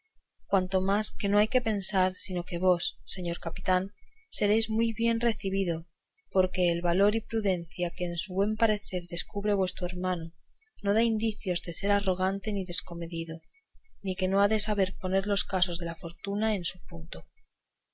cuanto más que no hay pensar sino que vos señor capitán seréis muy bien recebido porque el valor y prudencia que en su buen parecer descubre vuestro hermano no da indicios de ser arrogante ni desconocido ni que no ha de saber poner los casos de la fortuna en su punto